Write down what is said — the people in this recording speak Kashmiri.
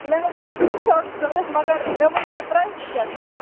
مےٚ حظ اوس بوٗٹ اَکھ ضوٚرَتھ مگر مےٚ ؤنِو تُہۍ پرٛایِس کیٛاہ چھِ